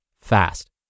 fast